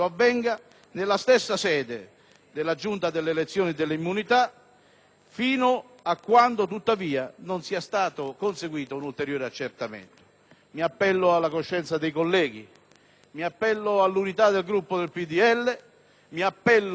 fino a quando tuttavia non sia stato conseguito un ulteriore accertamento. Mi appello alla coscienza dei colleghi, all'unità del Gruppo del PdL e ai garantisti dell'altra parte, che - lo so - sono tanti. Voglio ricordarvi, signori,